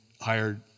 hired